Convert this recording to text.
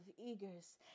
eagers